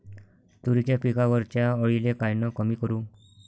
तुरीच्या पिकावरच्या अळीले कायनं कमी करू?